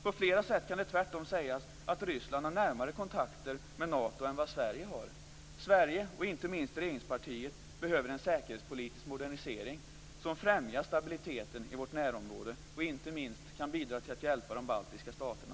På flera sätt kan det tvärtom sägas att Ryssland har närmare kontakter med Nato än vad Sverige har. Sverige, och inte minst regeringspartiet, behöver en säkerhetspolitisk modernisering som främjar stabiliteten i vårt närområde och inte minst kan bidra till att hjälpa de baltiska staterna.